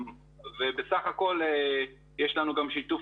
ובסך הכול יש לנו גם שיתוף